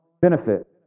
benefit